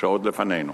שעוד לפנינו.